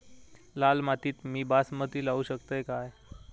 लाल मातीत मी बासमती लावू शकतय काय?